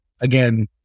again